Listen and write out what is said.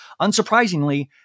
Unsurprisingly